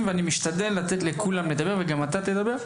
ואני משתדל לתת לכולם לדבר וגם אתה תדבר,